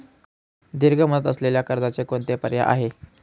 दीर्घ मुदत असलेल्या कर्जाचे कोणते पर्याय आहे?